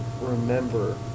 remember